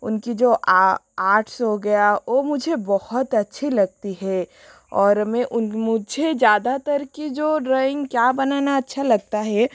उनकी जो आर्ट्स हो गया ओ मुझे बहुत अच्छी लगती है और मैं उन मुझे ज़्यादातर की जो ड्रॉइंग क्या बनाना अच्छा लगता है